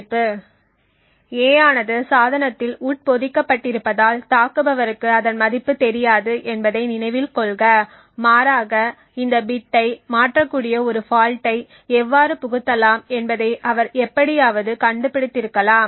a ஆனது சாதனத்தில் உட்பொதிக்கப்பட்டிருப்பதால் தாக்குபவருக்கு அதன் மதிப்பு தெரியாது என்பதை நினைவில் கொள்க மாறாக இந்த பிட்டை மாற்றக்கூடிய ஒரு ஃபால்ட்டை எவ்வாறு புகுத்தலாம் என்பதை அவர் எப்படியாவது கண்டுபிடித்திருக்கலாம்